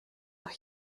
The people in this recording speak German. doch